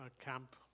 camp